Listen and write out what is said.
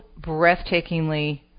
breathtakingly